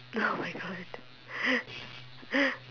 oh my god